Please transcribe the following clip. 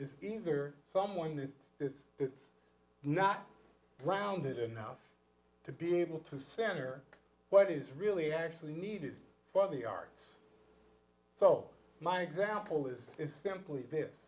is either someone that is not grounded enough to be able to stand or what is really actually needed for the arts so my example is simply is this